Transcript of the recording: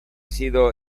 sido